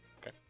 Okay